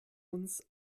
uns